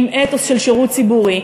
עם אתוס של שירות ציבורי,